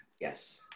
Yes